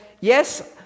yes